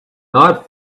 not